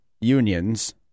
unions